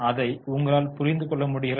அதைப் உங்களால் புரிந்து கொள்ள முடிகிறதா